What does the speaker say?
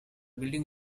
building